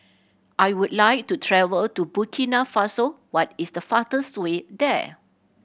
I would like to travel to Burkina Faso what is the fastest way there